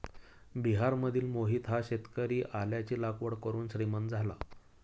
बिहारमधील मोहित हा शेतकरी आल्याची लागवड करून श्रीमंत झाला